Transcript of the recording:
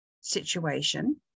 situation